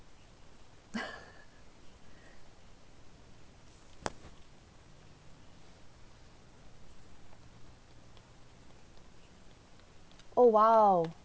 oh !wow!